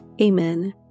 Amen